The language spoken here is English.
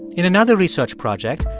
in another research project,